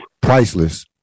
priceless